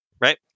Right